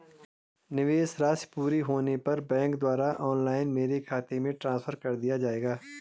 निवेश राशि पूरी होने पर बैंक द्वारा ऑनलाइन मेरे खाते में ट्रांसफर कर दिया जाएगा?